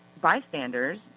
bystanders